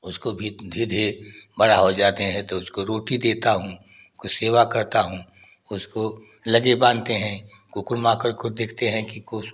उसको भी धीरे धीरे बड़ा हो जाते हैं तो उसको रोटी देता हूँ को सेवा करता हूँ उसको लगे बाँधते हैं कुक्कुर माकुर कुछ देखते हैं कि कुछ